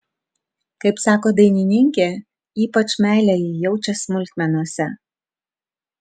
kaip sako dainininkė ypač meilę ji jaučia smulkmenose